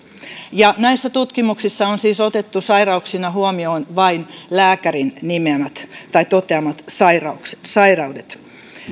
näissä tutkimuksissa on siis otettu sairauksina huomion vain lääkärin nimeämät tai toteamat sairaudet sairaudet